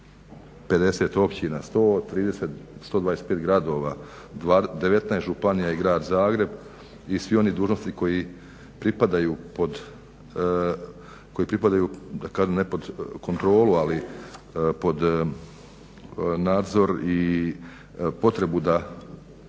450 općina, 130,125 gradova, 19 županija i grad Zagreb i svi ono dužnosnici koji pripadaju ne pod kontrolu pod nadzor i potrebu da